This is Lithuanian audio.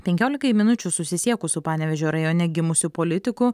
penkiolikai minučių susisiekus su panevėžio rajone gimusiu politiku